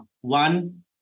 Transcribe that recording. One